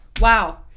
Wow